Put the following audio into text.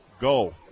go